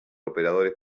operadores